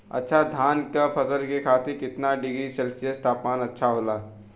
अच्छा धान क फसल के खातीर कितना डिग्री सेल्सीयस तापमान अच्छा होला?